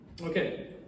Okay